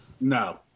No